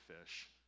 fish